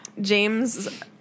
James